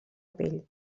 pell